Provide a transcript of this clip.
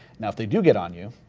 now if they do get on you,